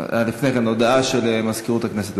לפני כן, הודעה של מזכירות הכנסת.